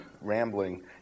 rambling